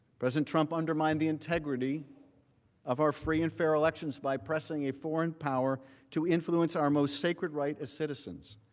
president trump undermine the integrity of our free and fair elections by pressing a foreign power to influence our most sacred right as citizens.